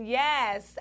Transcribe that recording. yes